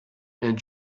and